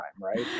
right